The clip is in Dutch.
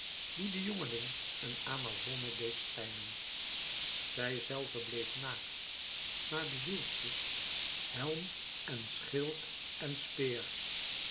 die den jongeling een amazone deed schijnen zij zelve bleef naakt maar behield zich helm en schild en speer